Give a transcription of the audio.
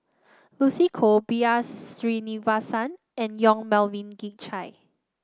Lucy Koh B R Sreenivasan and Yong Melvin Yik Chye